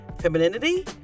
femininity